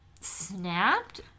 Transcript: snapped